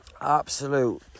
Absolute